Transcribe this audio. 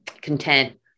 content